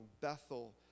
Bethel